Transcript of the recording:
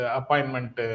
appointment